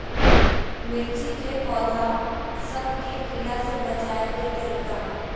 मिर्ची के पौधा सब के कीड़ा से बचाय के तरीका?